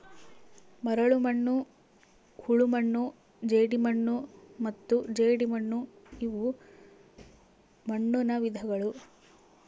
ಮರಳುಮಣ್ಣು ಹೂಳುಮಣ್ಣು ಜೇಡಿಮಣ್ಣು ಮತ್ತು ಜೇಡಿಮಣ್ಣುಇವು ಮಣ್ಣುನ ವಿಧಗಳು